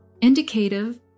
indicative